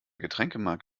getränkemarkt